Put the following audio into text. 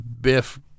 Biff